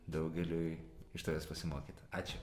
daugeliui iš tavęs pasimokyt ačiū